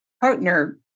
partner